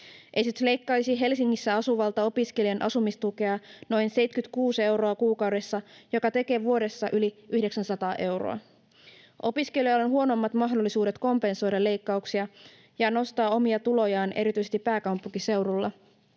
Esitys leikkaisi Helsingissä asuvan opiskelijan asumistukea noin 76 euroa kuukaudessa, mikä tekee vuodessa yli 900 euroa. Opiskelijoilla on huonommat mahdollisuudet kompensoida leikkauksia ja nostaa omia tulojaan erityisesti pääkaupunkiseudulla.